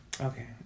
Okay